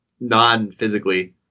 non-physically